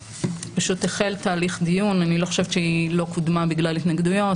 פשוט החל תהליך דיון אני לא חושבת שהיא לא קודמה בגלל התנגדויות.